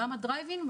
גם ה-drive-in,